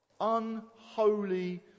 unholy